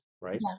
right